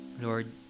lord